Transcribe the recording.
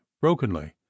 brokenly